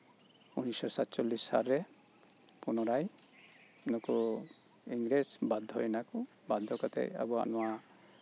ᱩᱱᱤᱥᱥᱥᱚ ᱥᱟᱛᱪᱚᱞᱞᱤᱥ ᱥᱟᱞᱨᱮ ᱯᱩᱱᱚᱨᱟᱭ ᱱᱩᱠᱩ ᱤᱝᱨᱮᱡᱽ ᱵᱟᱫᱽᱫᱷᱚᱭᱮᱱᱟ ᱠᱚ ᱵᱟᱫᱽᱫᱷᱚ ᱠᱟᱛᱮᱫ ᱟᱵᱚᱣᱟᱜ ᱱᱚᱶᱟ